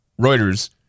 Reuters